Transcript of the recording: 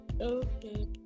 Okay